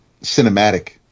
cinematic